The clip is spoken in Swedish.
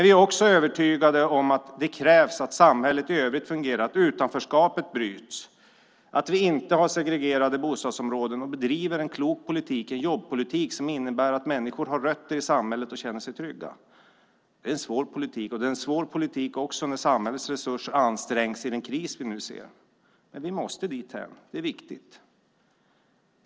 Vi är också övertygade om att det krävs att samhället i övrigt fungerar, att utanförskapet bryts, att vi inte har segregerade bostadsområden och att vi bedriver en klok politik och en jobbpolitik som innebär att människor har rötter i samhället och känner sig trygga. Det är en svår politik, och det gäller särskilt när samhällets resurser ansträngs i den kris vi nu har. Men vi måste dithän. Det är viktigt.